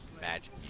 magic